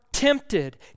Tempted